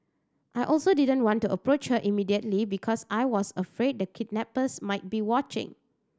I also didn't want to approach her immediately because I was afraid the kidnappers might be watching